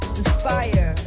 inspire